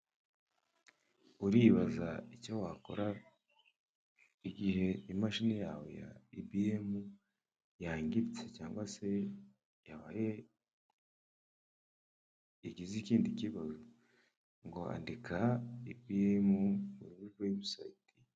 Uribaza icyo wakora igihe imashini yawe ya EBM yangiritse cyangwa se yabaye, yagize ikindi ikibazo? ngo andika EBM urebe kuri webusayiti.